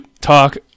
talk